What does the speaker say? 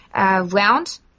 round